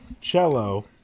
cello